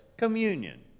Communion